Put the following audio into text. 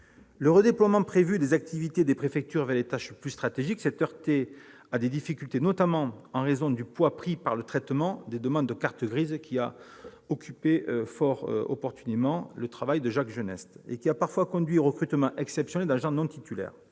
Le redéploiement prévu des activités des préfectures vers des tâches plus « stratégiques » s'est heurté à des difficultés, notamment en raison du poids pris par le traitement des demandes de cartes grises, sur lequel a porté, de façon fort opportune, le travail du rapporteur spécial Jacques Genest et qui a parfois conduit au recrutement exceptionnel d'agents non titulaires.